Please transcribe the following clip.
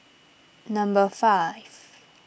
number five